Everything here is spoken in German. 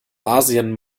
asien